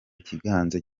gitangaza